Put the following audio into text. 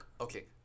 Okay